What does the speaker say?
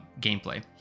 gameplay